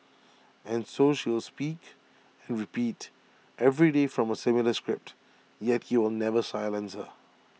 and so she will speak and repeat every day from A similar script yet he will never silence her